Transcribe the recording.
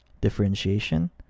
differentiation